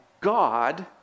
God